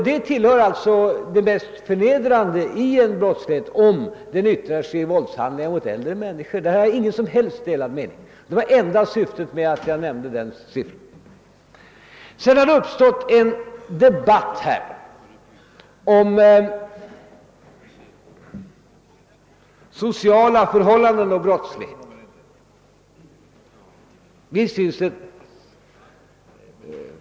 Det tillhör det allra mest förnedrande om brottsligheten tar sig uttryck i våldshandlingar mot äldre. Här finns inga delade meningar, och det jag nu nämnt var det enda syftet med sifferuppgiften. Det har uppstått en debatt om sociala förhållanden i samband med brottslighet.